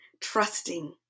trusting